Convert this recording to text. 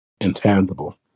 intangible